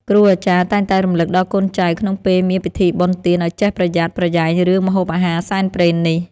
គ្រូអាចារ្យតែងតែរំលឹកដល់កូនចៅក្នុងពេលមានពិធីបុណ្យទានឱ្យចេះប្រយ័ត្នប្រយែងរឿងម្ហូបអាហារសែនព្រេននេះ។